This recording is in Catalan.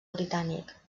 britànic